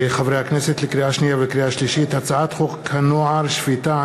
לקריאה שנייה ולקריאה שלישית: הצעת חוק הנוער (שפיטה,